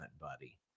buddy